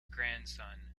grandson